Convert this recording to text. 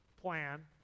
plan